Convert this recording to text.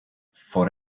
for